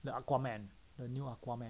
the aquaman the new aquaman